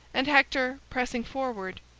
and hector, pressing forward,